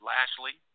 Lashley